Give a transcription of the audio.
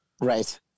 right